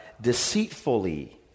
deceitfully